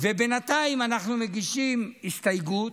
ובינתיים אנחנו מגישים הסתייגות,